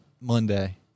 Monday